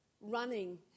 running